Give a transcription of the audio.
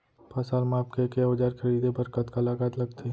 फसल मापके के औज़ार खरीदे बर कतका लागत लगथे?